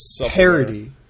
parody